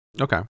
Okay